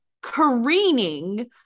careening